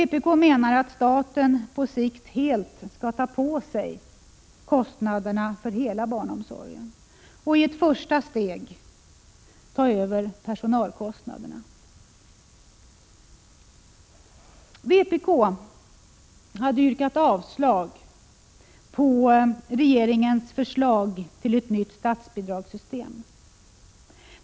Vpk menar att staten på sikt helt skall ta på sig kostnaderna för barnomsorgen och i ett första steg ta över personalkostnaderna. Vpk har yrkat avslag på regeringens förslag på ett nytt statsbidragssystem.